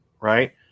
right